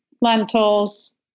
lentils